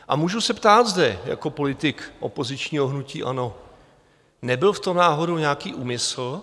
A můžu se ptát zde jako politik opozičního hnutí ANO nebyl v tom náhodou nějaký úmysl?